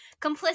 complicit